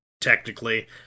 technically